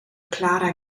clara